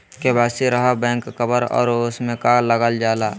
KYC रहा back cover और उसमें का का लागल जाला?